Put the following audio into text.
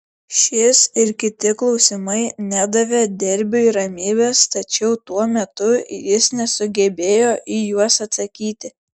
šis ir kiti klausimai nedavė derbiui ramybės tačiau tuo metu jis nesugebėjo į juos atsakyti